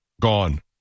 gone